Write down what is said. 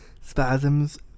spasms